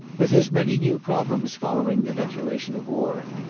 with his many new problems following the declaration of war,